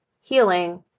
healing